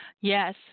Yes